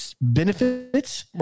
benefits